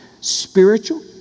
spiritual